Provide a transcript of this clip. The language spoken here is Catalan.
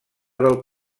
del